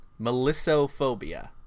Melissophobia